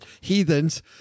heathens